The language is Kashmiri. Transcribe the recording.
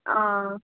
آ